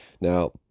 Now